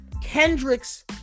Kendrick's